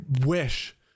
wish